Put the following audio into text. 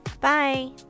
bye